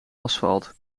asfalt